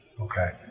okay